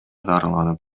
дарыланып